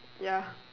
ya